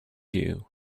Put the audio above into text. you